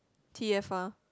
t_f_r